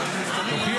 אתם נגד